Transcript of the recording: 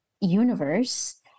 universe